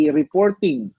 reporting